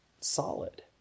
solid